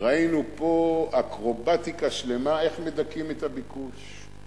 ראינו פה אקרובטיקה שלמה איך מדכאים את הביקוש.